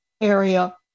area